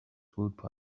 possible